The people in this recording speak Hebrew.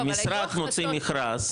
המשרד מוציא מכרז,